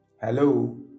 hello